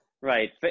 Right